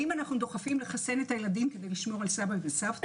האם אנו דוחפים לחסן את הילדים כדי לשמור על סבא וסבתא?